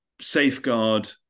safeguard